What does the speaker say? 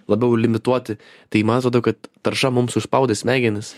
labiau limituoti tai man atrodo kad tarša mums užspaudė smegenis